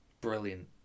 Brilliant